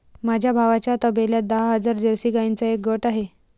माझ्या भावाच्या तबेल्यात दहा जर्सी गाईंचा एक गट आहे